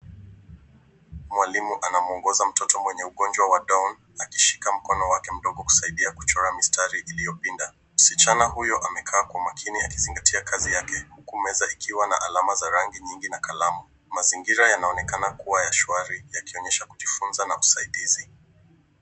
Mwalimu anamwongoza mtoto mwenye ugonjwa wa Down akishika mkono wake mdogo kusaidia kuchora mistari iliyopinda. Msichana huyo amekaa kwa makini akizingatia kazi yake huku meza ikiwa na alama za rangi nyingi na kalamu. Mazingira yanaonekana kuwa ya shwari yakionyesha kujifunza na usaidizi.